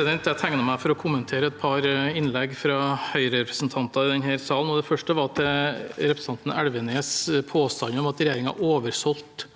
tegnet meg for å kommentere et par innlegg fra Høyre-representanter i salen. Det første var representanten Elvenes’ påstand om at regjeringen oversolgte